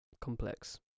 complex